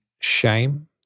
shame